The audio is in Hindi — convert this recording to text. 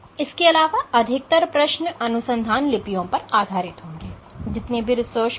इसके अलावा अधिकतर प्रश्न अनुसंधान लिपियों पर आधारित होंगे